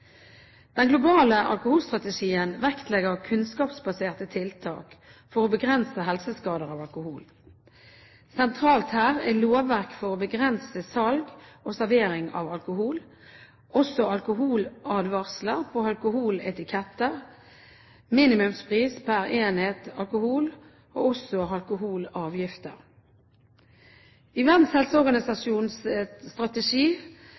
Den globale alkoholstrategien vektlegger kunnskapsbaserte tiltak for å begrense helseskader av alkohol. Sentralt her er lovverk for å begrense salg og servering av alkohol, alkoholadvarsler på alkoholetiketter, minimumspris per enhet alkohol og alkoholavgifter. I Verdens helseorganisasjons strategi